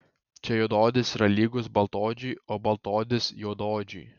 čia juodaodis yra lygus baltaodžiui o baltaodis juodaodžiui